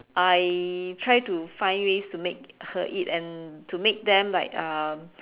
I try to find ways to make her eat and to make them like um